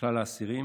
מכלל האסירים,